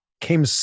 came